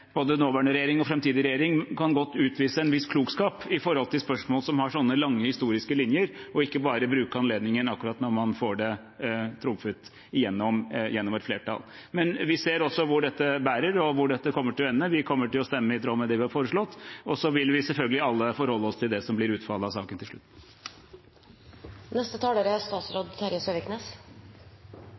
viss klokskap i spørsmål som har slike lange historiske linjer og ikke bare bruke anledningen akkurat når man får det trumfet igjennom med et flertall. Vi ser hvor dette bærer, og hvor dette kommer til å ende. Vi kommer til å stemme i tråd med det vi har foreslått, og så vil vi selvfølgelig alle forholde oss til det som blir utfallet av saken til